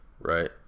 right